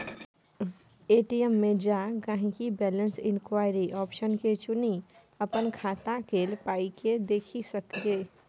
ATM मे जा गांहिकी बैलैंस इंक्वायरी आप्शन के चुनि अपन खाता केल पाइकेँ देखि सकैए